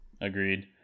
Agreed